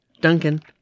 duncan